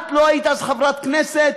את לא היית אז חברת כנסת,